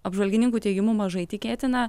apžvalgininkų teigimu mažai tikėtina